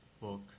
book